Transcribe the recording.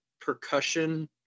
percussion